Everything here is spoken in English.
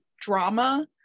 drama